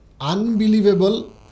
unbelievable